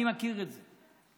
אני מכיר את זה.